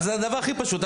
זה הדבר הכי פשוט.